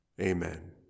Amen